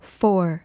four